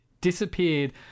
disappeared